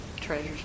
treasures